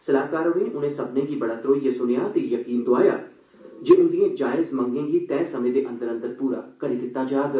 सलाह्कार होरें उनें सब्मनें गी बड़ा धरोइयै सुनेआ ते यकीन दोआया जे उंदिए जायज मंगें गी तैय समें दे अंदर अंदर पूरा करी दित्ता जाग